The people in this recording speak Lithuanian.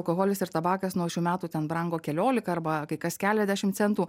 alkoholis ir tabakas nuo šių metų ten brango keliolika arba kai kas keliasdešim centų